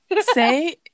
Say